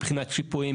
מבחינת שיפויים,